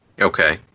Okay